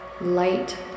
light